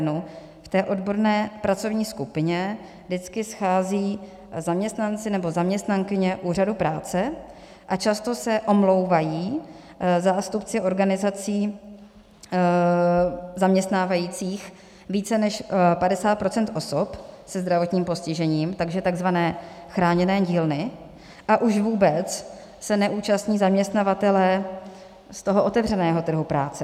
V té odborné pracovní skupině se vždycky scházejí zaměstnanci nebo zaměstnankyně úřadu práce a často se omlouvají zástupci organizací zaměstnávajících více než 50 % osob se zdravotním postižením, takže takzvané chráněné dílny, a už vůbec se neúčastní zaměstnavatelé z otevřeného trhu práce.